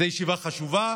זו ישיבה חשובה,